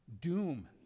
Doom